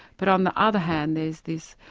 but on the other hand there's this.